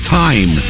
time